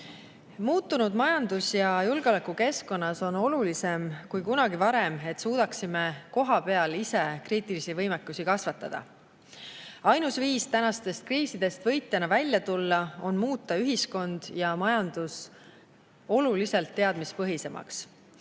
Muutunud majandus‑ ja julgeolekukeskkonnas on olulisem kui kunagi varem, et suudaksime kohapeal ise kriitilisi võimekusi kasvatada. Ainus viis tänastest kriisidest võitjana välja tulla on muuta ühiskond ja majandus oluliselt teadmispõhisemaks.